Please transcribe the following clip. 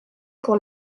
pour